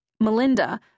Melinda